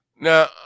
now